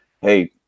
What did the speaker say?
hey